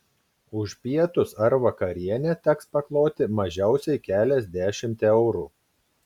už pietus ar vakarienę teks pakloti mažiausiai keliasdešimt eurų